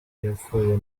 yapfuye